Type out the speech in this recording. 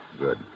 Good